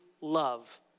love